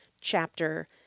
chapter